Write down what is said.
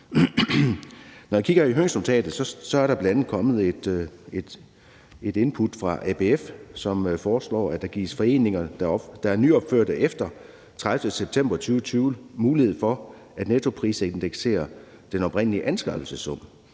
Når jeg kigger i høringsnotatet, er der bl.a. kommet et input fra ABF, som foreslår, at foreninger, der er opført efter 30. september 2020, gives mulighed for at nettoprisindeksere den oprindelige anskaffelsessum,